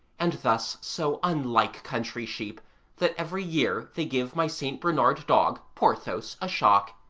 and thus so unlike country sheep that every year they give my st. bernard dog, porthos, a shock.